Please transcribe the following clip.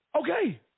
okay